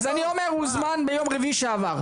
אז אני אומר, הוא הוזמן ביום רביעי שעבר.